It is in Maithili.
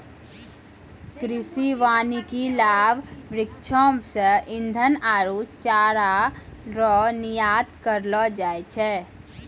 कृषि वानिकी लाभ वृक्षो से ईधन आरु चारा रो निर्यात करलो जाय छै